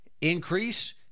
increase